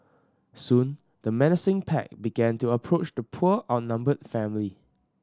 soon the menacing pack began to approach the poor outnumbered family